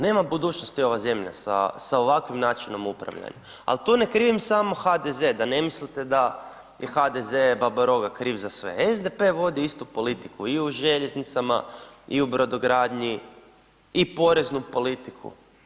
Nema budućnosti ova zemlja sa ovakvim načinom upravljanja, al to ne krivim samo HDZ, da ne mislite da je HDZ baba roga kriv za sve, SDP je vodio istu politiku i u željeznicama i u brodogradnji i poreznu politiku.